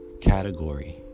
category